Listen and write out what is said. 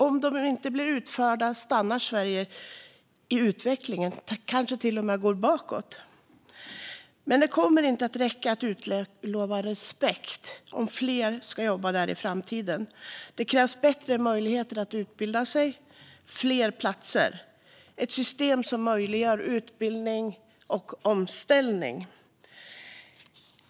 Om de inte blir utförda kommer Sverige att stanna i utvecklingen och kanske till och med gå bakåt. Men det kommer inte att räcka med att utlova respekt om fler ska jobba där i framtiden. Det krävs bättre möjligheter att utbilda sig, fler utbildningsplatser och ett system som möjliggör utbildning och omställning.